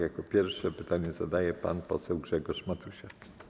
Jako pierwszy pytanie zadaje pan poseł Grzegorz Matusiak.